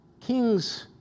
Kings